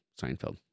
Seinfeld